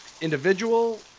individual